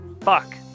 fuck